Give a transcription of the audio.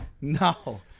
No